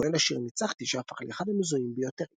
כולל השיר "ניצחתי" שהפך לאחד המזוהים ביותר איתה.